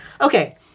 Okay